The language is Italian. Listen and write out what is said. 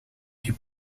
più